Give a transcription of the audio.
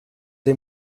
dem